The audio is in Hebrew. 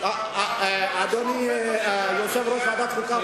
אדוני יושב-ראש ועדת החוקה,